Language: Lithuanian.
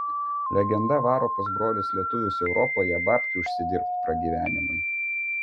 legenda varo pas brolius lietuvius europoje babkių užsidirbt pragyvenimui